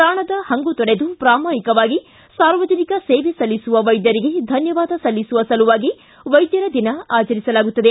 ಪ್ರಾಣದ ಹಂಗು ತೊರೆದು ಪ್ರಾಮಾಣಿಕವಾಗಿ ಸಾರ್ವಜನಿಕ ಸೇವೆ ಸಲ್ಲಿಸುವ ವೈದ್ಯರಿಗೆ ಧನ್ವವಾದ ಸಲ್ಲಿಸುವ ಸಲುವಾಗಿ ವೈದ್ಯರ ದಿನ ಆಚರಿಸಲಾಗುತ್ತದೆ